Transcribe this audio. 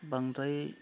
बांद्राय